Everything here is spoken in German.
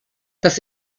dass